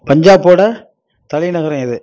பஞ்சாபோட தலைநகரம் எது